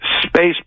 space